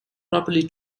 properly